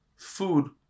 Food